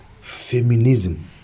feminism